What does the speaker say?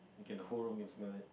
you can the whole room can smell it